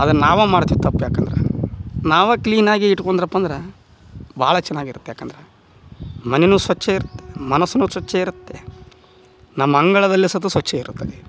ಅದನ್ನ ನಾವು ಮಾಡ್ತಿವಿ ತಪ್ಪು ಯಾಕಂದ್ರೆ ನಾವು ಕ್ಲೀನ್ ಆಗಿ ಇಟ್ಕೊಂಡ್ರಪ್ಪಂದ್ರ ಭಾಳ ಚೆನ್ನಾಗಿ ಇರುತ್ತೆ ಯಾಕಂದರೆ ಮನೇನೂ ಸ್ವಚ್ಛ ಇರುತ್ತೆ ಮನಸ್ಸುನು ಸ್ವಚ್ಛ ಇರುತ್ತೆ ನಮ್ಮ ಅಂಗಳದಲ್ಲಿ ಸತು ಸ್ವಚ್ಛ ಇರುತ್ತದೆ